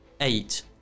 eight